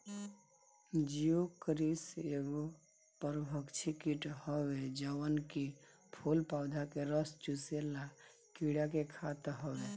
Geocoris एगो परभक्षी कीट हवे जवन की फूल पौधा के रस चुसेवाला कीड़ा के खात हवे